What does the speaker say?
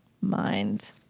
mind